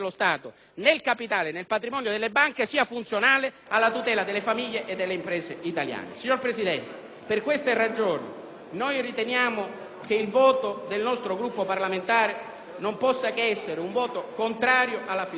nel capitale e nel patrimonio delle banche, sia funzionale alla tutela delle famiglie e delle imprese italiane. Signor Presidente, per queste ragioni riteniamo che il voto del nostro Gruppo parlamentare non possa che essere contrario alla fiducia.